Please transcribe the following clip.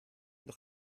doch